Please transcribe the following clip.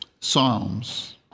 Psalms